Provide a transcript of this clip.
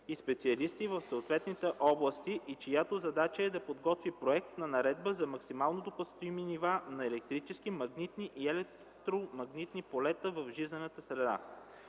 и специалисти в съответните области и чиято задача е да подготви проект на наредба за максимално допустимите нива на електрически, магнитни и електромагнитни полета в жизнената среда.